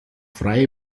freie